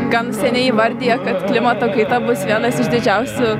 gan seniai įvardija kad klimato kaita bus vienas iš didžiausių